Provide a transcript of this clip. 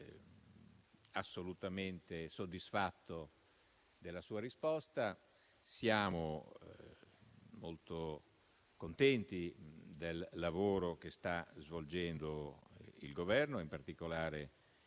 dichiaro assolutamente soddisfatto della sua risposta. Siamo molto contenti del lavoro che sta svolgendo il Governo e, in particolare, il